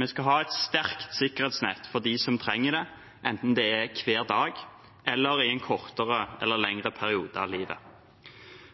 Vi skal ha et sterkt sikkerhetsnett for dem som trenger det, enten det er hver dag eller i en kortere eller lengre periode av livet.